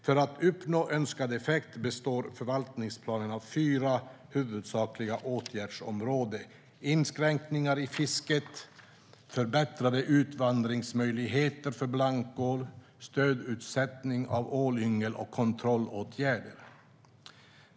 För att uppnå önskad effekt består förvaltningsplanen av fyra huvudsakliga åtgärdsområden: inskränkningar i fisket, förbättrade utvandringsmöjligheter för blankål, stödutsättning av ålyngel och kontrollåtgärder.